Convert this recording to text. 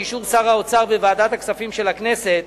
באישור שר האוצר וועדת הכספים של הכנסת,